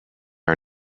are